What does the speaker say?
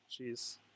Jeez